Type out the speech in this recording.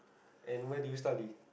and where do you study